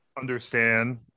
understand